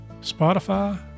Spotify